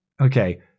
okay